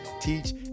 teach